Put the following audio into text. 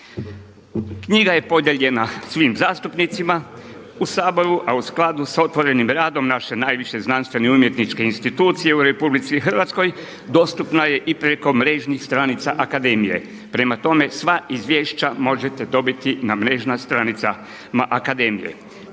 Knjiga je podijeljena svim zastupnicima u Saboru a u skladu sa otvorenim radom naše najviše znanstvene i umjetničke institucije u RH dostupna je i preko mrežnih stranica Akademije. Prema tome, sva izvješće možete dobiti na mrežnim stranicama akademije.